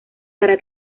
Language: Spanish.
para